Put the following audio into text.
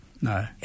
No